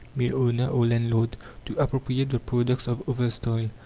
mill-owner, or landlord to appropriate the product of others' toil.